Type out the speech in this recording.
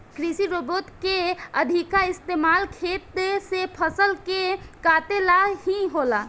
कृषि रोबोट के अधिका इस्तमाल खेत से फसल के काटे ला ही होला